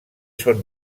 són